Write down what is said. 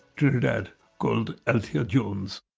trinidad called althea jones,